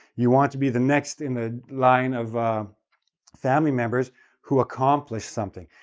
you want to be the next in the line of family members who accomplished something.